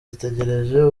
zitegereje